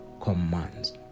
commands